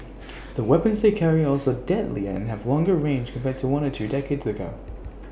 the weapons they carry are also deadlier and have longer range compared to one or two decades ago